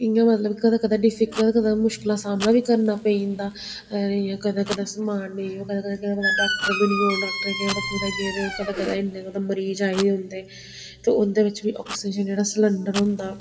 इयां मतलब कदें कदें डिफिकल्ट कदें कदें मुश्कल दा सामना बी करना पेई जंदा अगर इ'यां कदें कदें समान नेईं होऐ कदें कदें डॉक्टर बी नी होन डॉक्टर केह् पता कुदै गेदे होन कदें कदें इन्ने मतलब मरीज़ आई गेदे होंदे ते उंदे बिच्च बी आक्सीजन जेह्ड़ा सिलिंडर होंदा